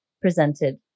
presented